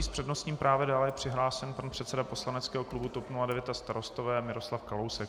S přednostním právem je dále přihlášen pan předseda poslaneckého klubu TOP 09 a Starostové Miroslav Kalousek.